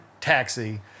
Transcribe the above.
taxi